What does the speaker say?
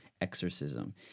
Exorcism